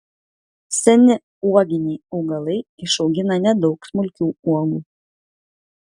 seni uoginiai augalai išaugina nedaug smulkių uogų